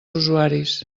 usuaris